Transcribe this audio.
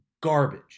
Garbage